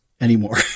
anymore